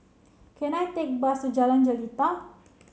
can I take bus Jalan Jelita